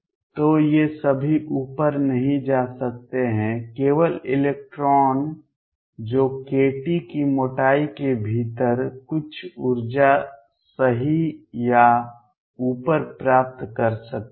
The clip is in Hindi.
तो ये सभी ऊपर नहीं जा सकते हैं केवल इलेक्ट्रॉन जो kT की मोटाई के भीतर कुछ ऊर्जा सही या ऊपर प्राप्त कर सकते हैं